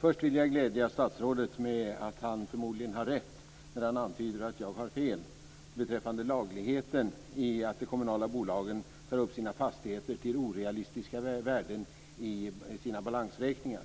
Först vill jag glädja statsrådet med att han förmodligen har rätt när han antyder att jag har fel beträffande lagligheten i att de kommunala bolagen tar upp sina fastigheter till orealistiska värden i sina balansräkningar.